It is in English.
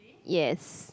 yes